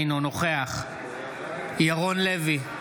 אינו נוכח ירון לוי,